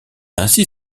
ainsi